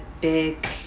big